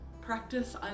Practice